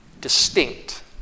distinct